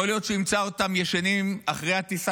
יכול להיות שהוא ימצא אותם ישנים אחרי הטיסה